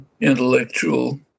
intellectual